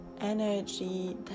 energy